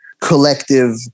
collective